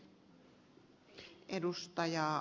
rouva puhemies